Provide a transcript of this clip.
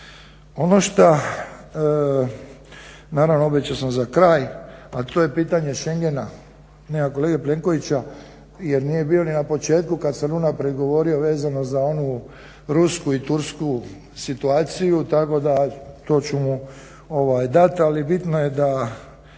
Ono šta naravno obećao sam za kraj a to je pitanje Šengena, nema kolege Plenkovića jer nije bio ni na početku kad sam unaprijed govorio vezano za onu rusku i tursku situaciju tako da to ću mu dati ali bitno je da